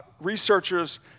Researchers